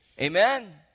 Amen